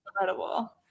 Incredible